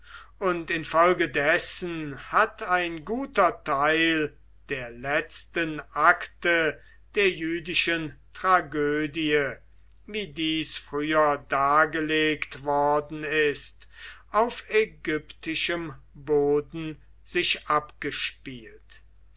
und infolgedessen hat ein guter teil der letzten akte der jüdischen tragödie wie dies früher dargelegt worden ist auf ägyptischem boden sich abgespielt